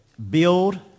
Build